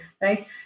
right